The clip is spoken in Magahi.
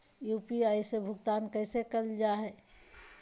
यू.पी.आई से भुगतान कैसे कैल जहै?